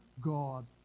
God